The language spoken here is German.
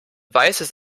weißes